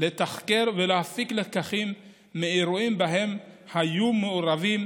לתחקר ולהפיק לקחים מאירועים שבהם היו מעורבים